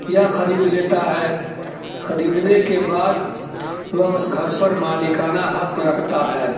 یا خرید لیتا ہے خریدنے کے بعد وہ اس گھر پر مالکانہ حق رکھتا ہے